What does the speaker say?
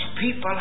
people